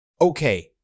Okay